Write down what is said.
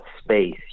space